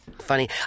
Funny